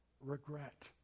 regret